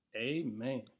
amen